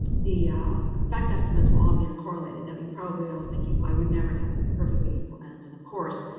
the effect estimates will all be uncorrelated. now, you're probably all thinking, i would never have perfectly equal ends. and of course,